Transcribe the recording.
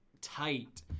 tight